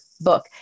book